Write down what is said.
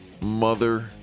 mother